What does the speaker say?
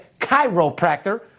chiropractor